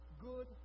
good